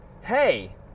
Hey